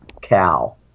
cow